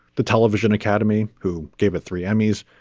the television academy who gave it three emmys,